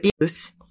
abuse